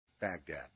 Baghdad